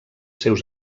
seus